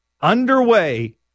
underway